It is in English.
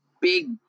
big